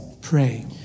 pray